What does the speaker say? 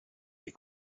mes